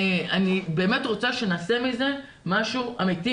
אני באמת רוצה שנעשה מזה משהו אמיתי